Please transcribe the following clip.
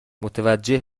متوجه